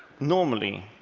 normally,